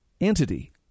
entity